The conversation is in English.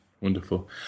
Wonderful